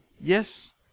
Yes